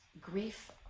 grief